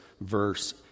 verse